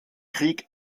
krieg